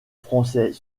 français